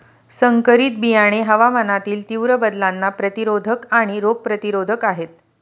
संकरित बियाणे हवामानातील तीव्र बदलांना प्रतिरोधक आणि रोग प्रतिरोधक आहेत